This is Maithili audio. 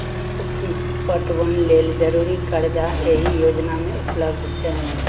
सुक्ष्म पटबन लेल जरुरी करजा एहि योजना मे उपलब्ध छै